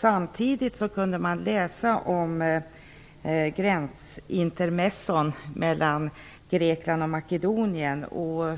Samtidigt kunde man läsa om gränsintermezzon mellan Grekland och Makedonien och